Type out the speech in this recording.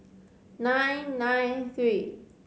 nine nine three